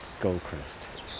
goldcrest